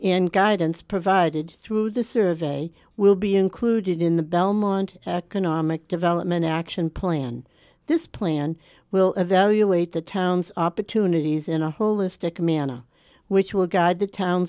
and guidance provided through the survey will be included in the belmont economic development action plan this plan will evaluate the town's opportunities in a holistic manner which will guide the town